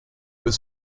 was